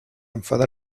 enfada